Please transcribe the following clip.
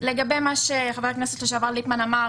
לגבי מה שחבר הכנסת לשעבר ליפמן אמר